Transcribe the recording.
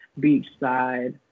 beachside